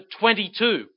22